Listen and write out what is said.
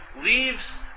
leaves